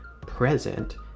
present